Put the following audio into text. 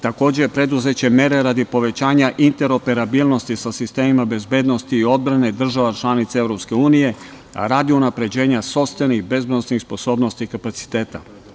Takođe, preduzeće mere radi povećanja interoperabilnosti sa sistemima bezbednosti i odbrane država članica EU radi unapređenja sopstvenih bezbednosnih sposobnosti i kapaciteta.